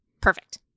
perfect